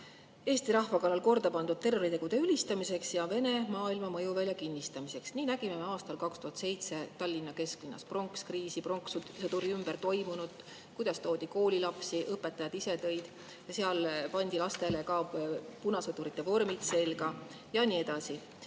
Eesti rahva kallal korda pandud terroritegude ülistamiseks ja Vene maailma mõjuvälja kinnistamiseks. Nii nägime me aastal 2007 Tallinna kesklinnas pronkskriisi, pronkssõduri ümber toimunut, kuidas toodi koolilapsi, õpetajad ise tõid. Seal pandi lastele ka punasõdurite vormid selga ja nii edasi.